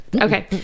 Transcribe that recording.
okay